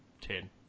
ten